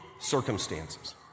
circumstances